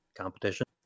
competition